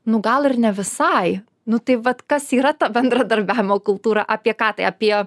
nu gal ir ne visai nu tai vat kas yra ta bendradarbiavimo kultūra apie ką tai apie